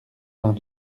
vingt